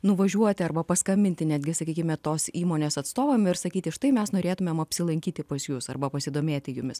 nuvažiuoti arba paskambinti netgi sakykime tos įmonės atstovam ir sakyti štai mes norėtumėm apsilankyti pas jus arba pasidomėti jumis